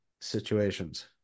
situations